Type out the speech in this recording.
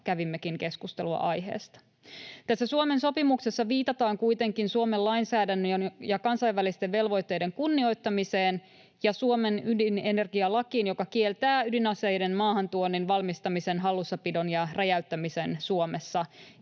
kävimmekin keskustelua aiheesta. Tässä Suomen sopimuksessa viitataan kuitenkin Suomen lainsäädännön ja kansainvälisten velvoitteiden kunnioittamiseen ja Suomen ydinenergialakiin, joka kieltää ydinaseiden maahantuonnin, valmistamisen, hallussapidon ja räjäyttämisen Suomessa.